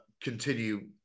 continue